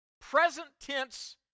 present-tense